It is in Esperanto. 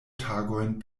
tagojn